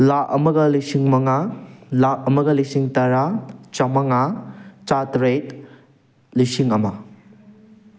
ꯂꯥꯈ ꯑꯃꯒ ꯂꯤꯁꯤꯡ ꯃꯉꯥ ꯂꯥꯈ ꯑꯃꯒ ꯂꯤꯁꯤꯡ ꯇꯔꯥ ꯆꯥꯝꯃꯉꯥ ꯆꯥꯇ꯭ꯔꯦꯠ ꯂꯤꯁꯤꯡ ꯑꯃ